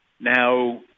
Now